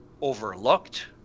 overlooked